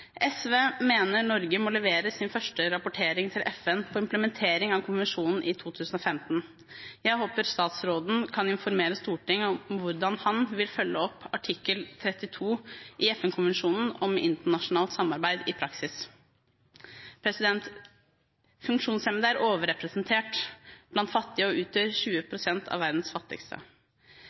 SV mener Norge må levere sin første rapportering til FN for implementering av konvensjonen i 2015. Jeg håper utenriksministeren kan informere Stortinget om hvordan han vil følge opp artikkel 32 i FN-konvensjonen om internasjonalt samarbeid i praksis. Funksjonshemmede er overrepresentert blant fattige og utgjør 20 pst. av verdens fattigste.